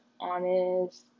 honest